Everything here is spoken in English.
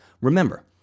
Remember